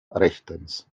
rechtens